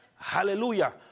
Hallelujah